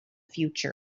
future